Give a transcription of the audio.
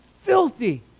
filthy